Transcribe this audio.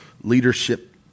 leadership